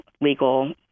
legal